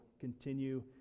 continue